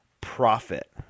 profit